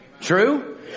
True